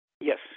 Yes